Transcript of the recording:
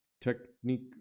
technique